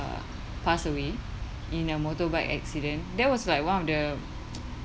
uh passed away in a motorbike accident there was like one of the